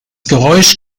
geräusch